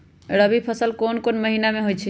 रबी फसल कोंन कोंन महिना में होइ छइ?